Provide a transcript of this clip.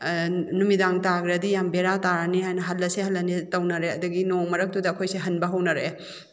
ꯅꯨꯃꯤꯗꯥꯡ ꯇꯥꯈ꯭ꯔꯗꯤ ꯌꯥꯝ ꯕꯦꯔꯥ ꯇꯥꯔꯅꯤ ꯍꯥꯏꯅ ꯍꯜꯂꯁꯦ ꯍꯜꯂꯅꯤ ꯇꯧꯅꯔꯦ ꯑꯗꯒꯤ ꯅꯣꯡ ꯃꯔꯛꯇꯨꯗ ꯑꯩꯈꯣꯏꯁꯦ ꯍꯟꯕ ꯍꯧꯅꯔꯛꯑꯦ